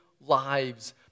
lives